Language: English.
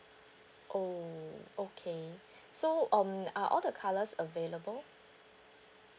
oh okay so um are all the colours available